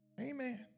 Amen